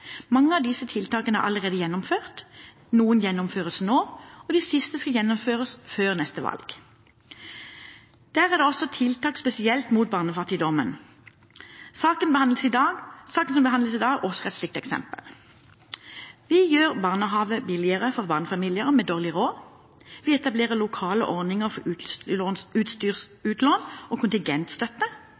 Mange av disse tiltakene er allerede gjennomført, noen gjennomføres nå, og de siste skal gjennomføres før neste valg. Der er det også tiltak spesielt mot barnefattigdom. Saken som behandles i dag, er også et slikt eksempel. Vi gjør barnehage billigere for barnefamilier med dårlig råd, vi etablerer lokale ordninger for utstyrsutlån og kontingentstøtte.